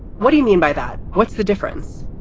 what do you mean by that. what's the difference?